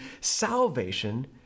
salvation